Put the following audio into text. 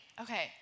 okay